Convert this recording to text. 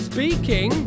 Speaking